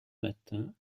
matins